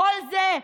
כל זה,